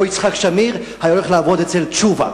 או יצחק שמיר היה הולך לעבוד אצל תשובה.